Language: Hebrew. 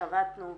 שבתנו,